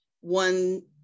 one